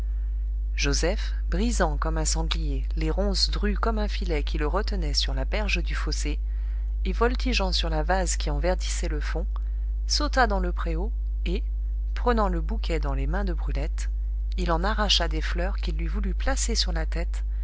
joseph brisant comme un sanglier les ronces drues comme un filet qui le retenaient sur la berge du fossé et voltigeant sur la vase qui en verdissait le fond sauta dans le préau et prenant le bouquet dans les mains de brulette il en arracha des fleurs qu'il lui voulut placer sur la tête